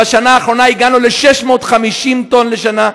ובשנה האחרונה הגענו ל-650 טון לשנה.